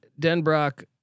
Denbrock